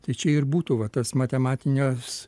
tai čia ir būtų va tas matematinės